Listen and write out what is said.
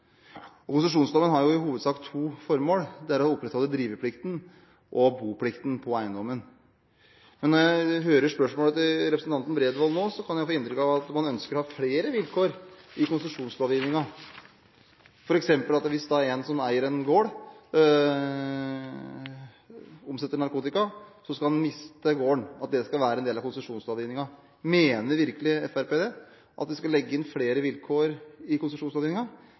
har i hovedsak to formål: å opprettholde driveplikten og boplikten på eiendommen. Men når jeg hører spørsmålet til representanten Bredvold nå, kan jeg få inntrykk av at man ønsker å ha flere vilkår i konsesjonslovgivningen, f.eks. at hvis en som eier en gård, omsetter narkotika, skal han miste gården – at det skal være en del av konsesjonslovgivningen. Mener virkelig Fremskrittspartiet at vi skal legge inn flere vilkår i